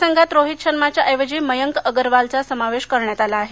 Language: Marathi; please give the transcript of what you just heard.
संघात रोहित शर्माच्या ऐवजी मयांक अग्रवालचा समावेश करण्यात आला आहे